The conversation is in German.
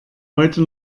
heute